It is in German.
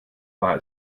war